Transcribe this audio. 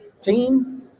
team